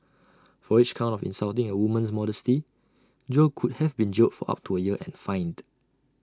for each count of insulting A woman's modesty Jo could have been jailed for up to A year and fined